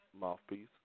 Mouthpiece